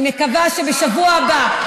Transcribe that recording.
אני מקווה שבשבוע הבא,